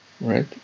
right